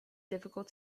difficult